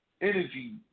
energy